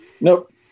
Nope